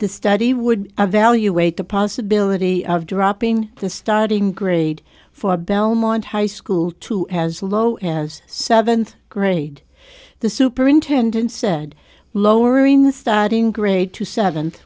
the study would evaluate the possibility of dropping the starting grade for belmont high school to as low as seventh grade the superintendent said lowering the starting grade to seventh